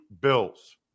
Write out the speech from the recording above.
Bills